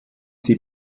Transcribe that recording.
sie